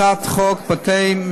הצעת חוק בתי-משפט